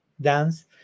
dance